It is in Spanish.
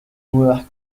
nuevas